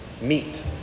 meet